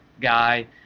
guy